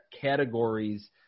categories